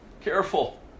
Careful